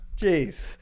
Jeez